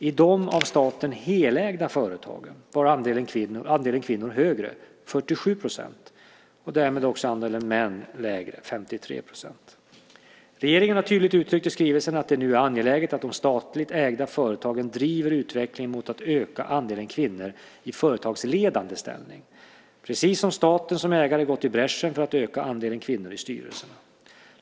I de av staten helägda företagen var andelen kvinnor högre, 47 %, och därmed också andelen män lägre, 53 %. Regeringen har tydligt uttryckt i skrivelsen att det nu är angeläget att de statligt ägda företagen driver utvecklingen mot att öka andelen kvinnor i företagsledande ställning, precis som staten som ägare gått i bräschen för att öka andelen kvinnor i styrelserna.